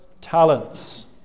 talents